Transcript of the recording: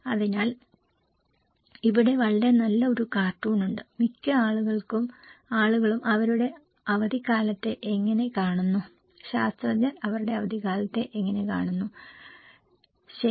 അതിനാൽ ഇവിടെ വളരെ നല്ല ഒരു കാർട്ടൂൺ ഉണ്ട് മിക്ക ആളുകളും അവരുടെ അവധിക്കാലത്തെ എങ്ങനെ കാണുന്നു ശാസ്ത്രജ്ഞർ അവരുടെ അവധിക്കാലത്തെ എങ്ങനെ കാണുന്നു ശരി